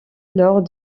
lors